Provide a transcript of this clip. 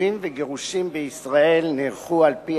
נישואים וגירושים בישראל נערכו על-פי